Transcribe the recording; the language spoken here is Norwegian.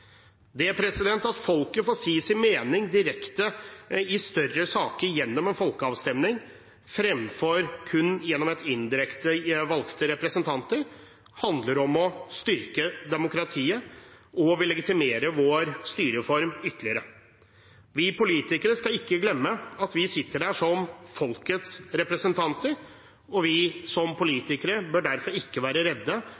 større saker gjennom en folkeavstemning fremfor kun gjennom indirekte valgte representanter, handler om å styrke demokratiet, og vi legitimerer vår styreform ytterligere. Vi politikere skal ikke glemme at vi sitter som folkets representanter, og vi som